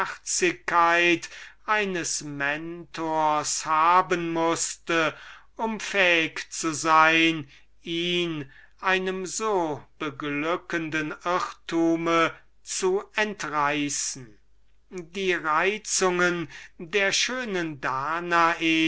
eines mentors haben mußte um fähig zu sein ihn einem so beglückenden irrtum zu entreißen die reizungen der schönen danae